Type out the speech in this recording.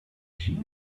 chief